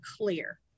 clear